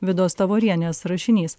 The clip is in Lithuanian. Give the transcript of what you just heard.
vidos tavorienės rašinys